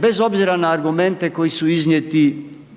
bez obzira na argumente koji su iznijeti